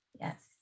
Yes